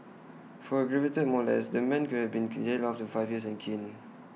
for aggravated molest the man could have been jailed for up to five years and caned